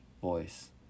voice